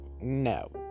No